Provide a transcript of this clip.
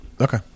Okay